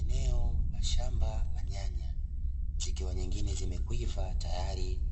Eneo la shamba la nyanya, zikiwa nyingine zimekwiva tayari